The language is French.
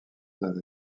zen